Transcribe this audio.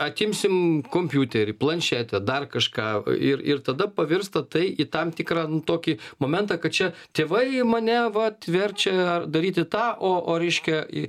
atimsim kompiuterį planšetę dar kažką ir ir tada pavirsta tai į tam tikrą nu tokį momentą kad čia tėvai mane vat verčia daryti tą o o reiškia i